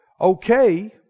Okay